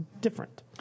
different